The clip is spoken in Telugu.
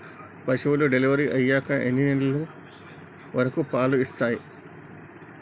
పశువులు డెలివరీ అయ్యాక ఎన్ని నెలల వరకు పాలు ఇస్తాయి?